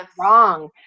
wrong